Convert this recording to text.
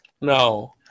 No